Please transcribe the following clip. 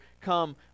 come